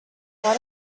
what